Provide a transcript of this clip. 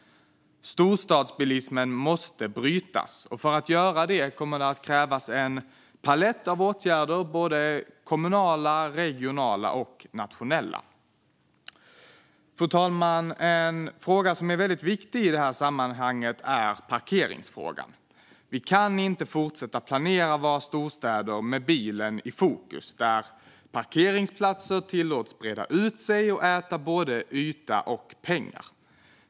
Storstadsbilismen måste brytas. För att göra det kommer det att krävas en palett av åtgärder - kommunala, regionala och nationella. Fru talman! En fråga som är väldigt viktig i det här sammanhanget är parkeringsfrågan. Vi kan inte fortsätta planera våra storstäder med bilen i fokus, så att parkeringsplatser tillåts breda ut sig och äta både yta och pengar.